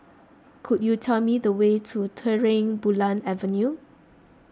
could you tell me the way to Terang Bulan Avenue